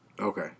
Okay